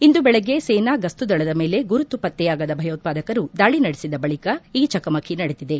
ಇಂದು ಬೆಳಗ್ಗೆ ಸೇನಾ ಗಸ್ತುದಳದ ಮೇಲೆ ಗುರುತು ಪತ್ತೆಯಾಗದ ಭಯೋತ್ವಾದಕರು ದಾಳಿ ನಡೆಸಿದ ಬಳಿಕ ಈ ಚಕಮಕಿ ನಡೆದಿದೆ